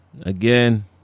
again